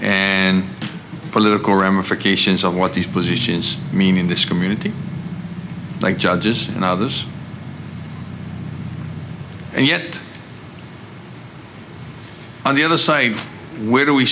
the political ramifications of what these positions mean in this community like judges and others and yet on the other side where do we